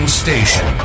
station